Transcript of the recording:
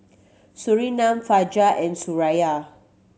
Surinam Fajar and Suraya